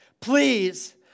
please